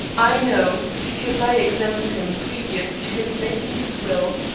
i know, because i examined him previous to his making his will.